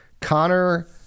Connor